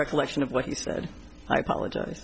recollection of what he said i apologize